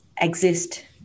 exist